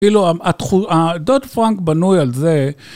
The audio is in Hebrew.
כאילו, הדוד פרנק בנוי על זה.